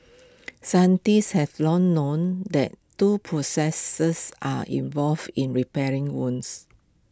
scientists have long known that two processes are involved in repairing wounds